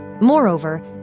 Moreover